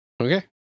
Okay